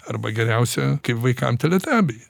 arba geriausia kaip vaikam teletabiai